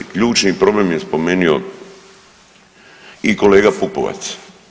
Ključni problem je spomenio i kolega Pupovac.